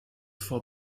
vor